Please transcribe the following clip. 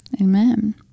Amen